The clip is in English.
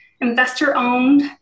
investor-owned